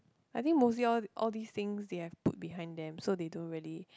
I think mostly all all these things they have put behind them so they don't really